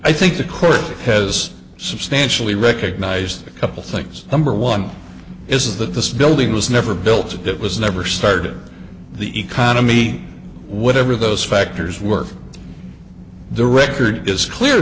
i think the court has substantially recognised a couple things number one is that this building was never built it was never started the economy whatever those factors work the record is clear